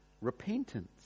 repentance